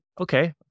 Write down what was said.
okay